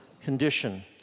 condition